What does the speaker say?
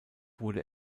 wurde